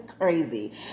crazy